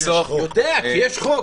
כי יש חוק.